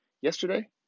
Yesterday